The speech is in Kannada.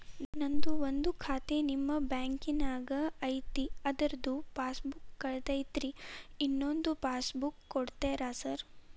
ನಂದು ಒಂದು ಖಾತೆ ನಿಮ್ಮ ಬ್ಯಾಂಕಿನಾಗ್ ಐತಿ ಅದ್ರದು ಪಾಸ್ ಬುಕ್ ಕಳೆದೈತ್ರಿ ಇನ್ನೊಂದ್ ಪಾಸ್ ಬುಕ್ ಕೂಡ್ತೇರಾ ಸರ್?